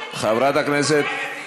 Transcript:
גם חיילים עכשיו לא, איתן ברושי?